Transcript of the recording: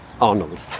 Arnold